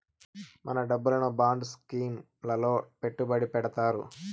మన డబ్బును బాండ్ స్కీం లలో పెట్టుబడి పెడతారు